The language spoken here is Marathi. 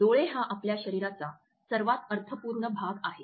डोळे हा आपल्या शरीराचा सर्वात अर्थपूर्ण भाग आहे